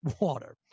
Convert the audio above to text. water